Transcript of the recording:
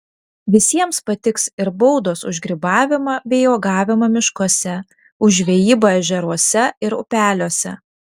visiems patiks ir baudos už grybavimą bei uogavimą miškuose už žvejybą ežeruose ir upeliuose